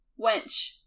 Wench